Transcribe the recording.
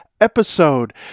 episode